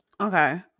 Okay